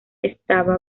estaba